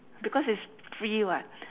because it's free [what]